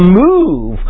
move